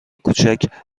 کوچک